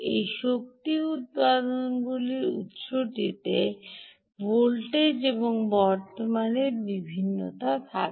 এই শক্তি উত্পাদনকারী উত্সগুলিতে ভোল্টেজ এবং বর্তমানের বিভিন্নতা থাকে